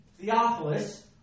Theophilus